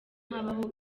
habaho